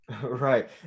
Right